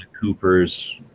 Cooper's